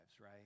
right